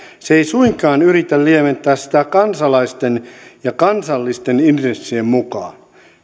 se ei suinkaan yritä lieventää sitä kansalaisten ja kansallisten intressien mukaan